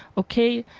okay,